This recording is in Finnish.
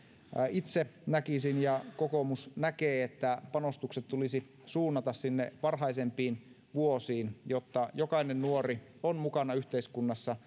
itse näkisin ja kokoomus näkee että panostukset tulisi suunnata sinne varhaisempiin vuosiin jotta jokainen nuori on mukana yhteiskunnassa